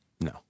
No